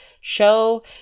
show